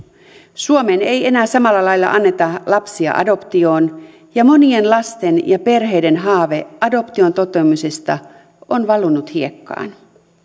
suomeen ei enää samalla lailla anneta lapsia adoptioon ja monien lasten ja perheiden haave adoption toteutumisesta on valunut hiekkaan